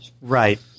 Right